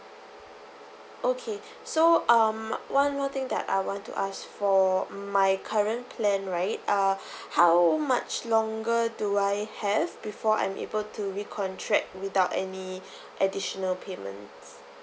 okay so um one more thing that I want to ask for my current plan right uh how much longer do I have before I'm able to re contract without any additional payments